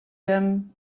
them